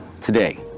today